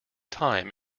time